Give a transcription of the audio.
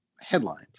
headlines